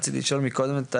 רציתי לשאול מקום את תהל,